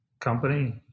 company